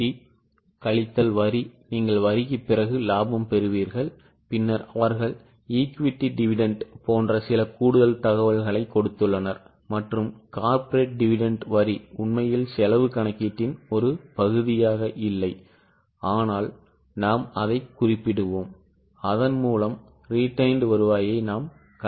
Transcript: PBT கழித்தல் வரி நீங்கள் வரிக்குப் பிறகு லாபம் பெறுவீர்கள் பின்னர் அவர்கள் ஈக்விட்டி டிவிடெண்ட் போன்ற சில கூடுதல் தகவல்களைக் கொடுத்துள்ளனர் மற்றும் கார்ப்பரேட் டிவிடெண்ட் வரி உண்மையில் செலவு கணக்கீட்டின் ஒரு பகுதியாக இல்லை ஆனால் நாம் அதைக் குறிப்பிடுவோம் அதன் மூலம் retained வருவாயை நாம் கணக்கிட முடியும்